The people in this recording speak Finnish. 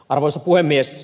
arvoisa puhemies